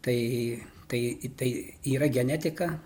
tai tai i tai yra genetika